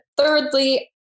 Thirdly